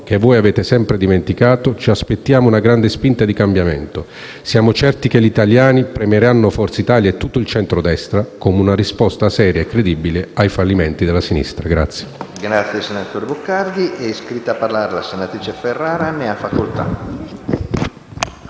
che voi avete dimenticato, ci aspettiamo una grande spinta di cambiamento: siamo certi che gli italiani premieranno Forza Italia e il centrodestra come unica risposta seria e credibile ai fallimenti della sinistra.